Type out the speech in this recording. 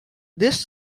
this